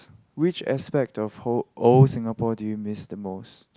which aspect of whole old Singapore do you miss the most